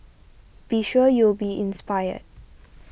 be sure you'll be inspired